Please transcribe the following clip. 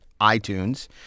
iTunes